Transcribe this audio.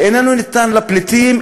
שאיננו ניתן לפליטים,